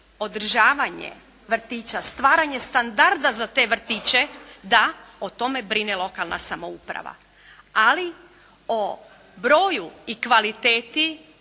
održavanje vrtića, stvaranje standarda za te vrtiće, da o tome brine lokalna samouprava, ali o broju i kvaliteti